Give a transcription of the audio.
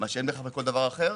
מה שאין בכל דבר אחר.